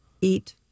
eat